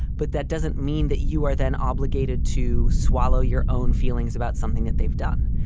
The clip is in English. but that doesn't mean that you are then obligated to swallow your own feelings about something that they've done.